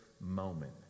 moment